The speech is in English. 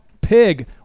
pig